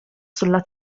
sulla